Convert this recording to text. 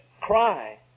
cry